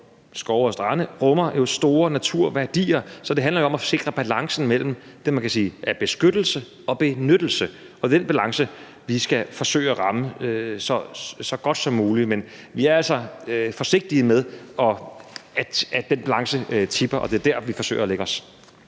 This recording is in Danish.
skove og strande rummer store naturværdier, så det handler jo om at sikre balancen mellem det, man kan sige er beskyttelse, og det, der er benyttelse. Det er en balance, vi skal forsøge at ramme så godt som muligt, men vi er altså forsigtige med, at den balance tipper. Det er der, vi forsøger at lægge os.